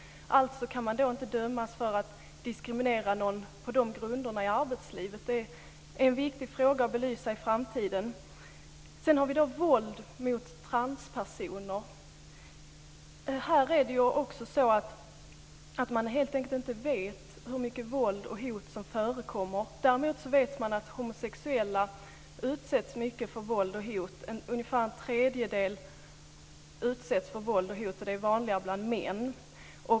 Alltså kan ingen dömas för diskriminering på dessa grunder i arbetslivet. Det är en viktig fråga att belysa i framtiden. Sedan har vi frågan om våld mot transpersoner. Man vet helt enkelt inte hur mycket våld och hot som förekommer. Däremot vet man att homosexuella utsätts mycket för våld och hot. Ungefär en tredjedel utsätts för våld och hot, och det är vanligare bland män.